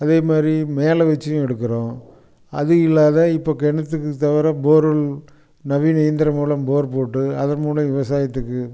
அதே மாதிரி மேலே வச்சியும் எடுக்கிறோம் அது இல்லாத இப்போ கிணத்துக்கு தவிர போரல் நவீன இயந்திரம் மூலம் போர் போட்டு அதன் மூலம் விவசாயத்துக்கு